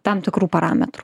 tam tikrų parametrų